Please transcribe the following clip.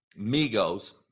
Migos